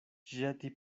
ĵeti